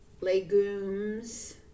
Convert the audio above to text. legumes